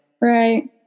Right